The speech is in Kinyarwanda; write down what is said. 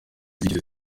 zigeze